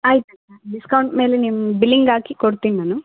ಆಯ್ತು ಅಕ್ಕ ಡಿಸ್ಕೌಂಟ್ ಮೇಲೆ ನಿಮ್ಗೆ ಬಿಲ್ಲಿಂಗ್ ಹಾಕಿ ಕೊಡ್ತೀನಿ ನಾನು